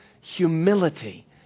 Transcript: humility